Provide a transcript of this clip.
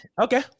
Okay